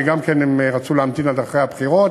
שגם הם רצו להמתין עד אחרי הבחירות.